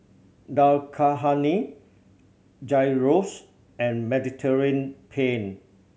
Dal Makhani Gyros and Mediterranean Penne